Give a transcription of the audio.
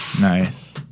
Nice